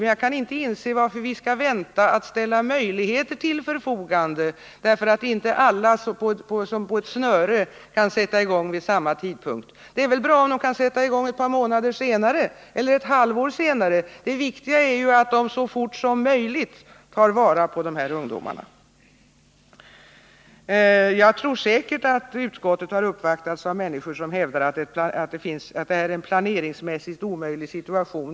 Men jag kan inte inse varför vi skall vänta med att ställa möjligheter till förfogande, bara därför att inte alla såsom på ett snöre kan sätta i gång vid samma tidpunkt. Det är väl bra om kommunerna kan sätta i gång ett par månader senare eller ett halvår senare. Det viktiga är ju att de så fort som möjligt tar vara på dessa ungdomar. Jag tror säkert att utskottet har uppvaktats av människor som hävdar att detta är en planeringsmässigt omöjlig situation.